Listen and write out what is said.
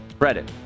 credit